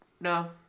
No